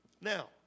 Now